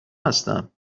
هستم